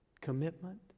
commitment